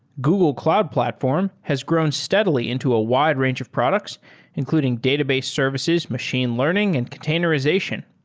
google cloud platform has grown steadily into a wide-range of products including database services, machine learning and containerization.